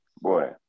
Boy